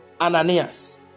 Ananias